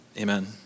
Amen